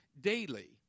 daily